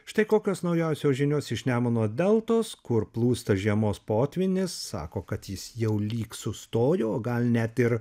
štai kokios naujausios žinios iš nemuno deltos kur plūsta žiemos potvynis sako kad jis jau lyg sustojo o gal net ir